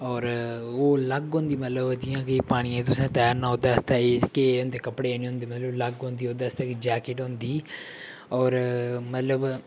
होर ओह् अलग होंदी मतलब जि'यां कि पानियै तुसें तैरना ओह्दे आस्तै एह् केह् होंदे कपड़े एह् नेईं होंदे मतलब अलग होंदी ओह्दे आस्तै कि जैकेट होंदी होर मतलब